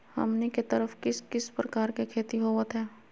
हमनी के तरफ किस किस प्रकार के खेती होवत है?